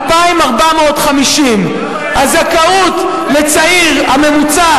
2,450. הזכאות לצעיר החרדי הממוצע,